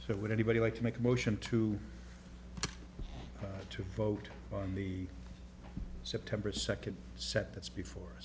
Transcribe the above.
that would anybody like to make a motion to to vote on the september second set that's before